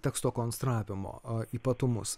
teksto konstravimo ypatumus